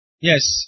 Yes